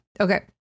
okay